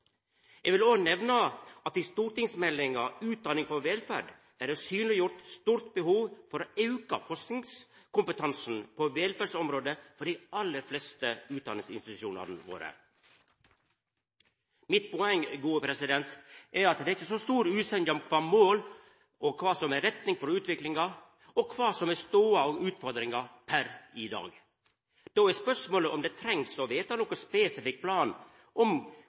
Eg vil òg nemna at i stortingsmeldinga Utdanning for velferd er det synleggjort eit stort behov for å auka forskingskompetansen på velferdsområdet for dei aller fleste utdanningsinstitusjonane våre. Mitt poeng er at det ikkje er så stor usemje om kva som er mål og retning for utviklinga, og kva som er stoda og utfordringa per i dag. Då er spørsmålet om me treng å vedta nokon spesifikk plan om